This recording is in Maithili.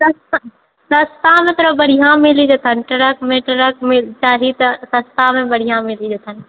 सस्तामे तोरा बढ़िआँ मिली जेतए ट्रकमे ट्रकमे चाही तऽ सस्तामे बढ़िआँ मिली जेतए